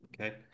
okay